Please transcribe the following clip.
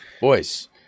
boys